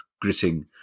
gritting